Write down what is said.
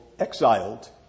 exiled